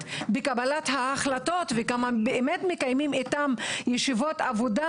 בקבלת ההחלטות וכמה באמת מקיימים איתן ישיבות עבודה,